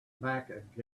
back